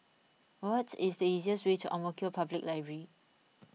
what is the easiest way to Ang Mo Kio Public Library